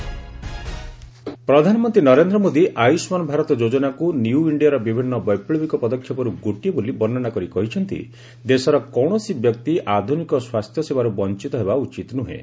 PM ଆରୋଗ୍ୟ ପ୍ରଧାନମନ୍ତ୍ରୀ ନରେନ୍ଦ୍ର ମୋଦୀ ଆୟୁଷ୍କାନ୍ ଭାରତ ଯୋଜନାକୁ ନ୍ୟୁ ଇଣ୍ଡିଆର ବିଭିନ୍ନ ବୈପୁବିକ ପଦକ୍ଷେପର୍ ଗୋଟିଏ ବୋଲି ବର୍ଷ୍ଣନା କରି କହିଛନ୍ତି ଦେଶର କୌଣସି ବ୍ୟକ୍ତି ଆଧୁନିକ ସ୍ୱାସ୍ଥ୍ୟ ସେବାରୁ ବଞ୍ଚିତ ହେବା ଉଚିତ୍ ନୁହେଁ